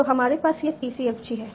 तो हमारे पास यह PCFG है